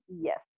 Yes